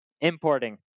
Importing